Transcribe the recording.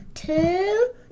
Two